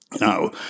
Now